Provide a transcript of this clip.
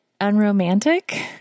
unromantic